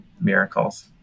miracles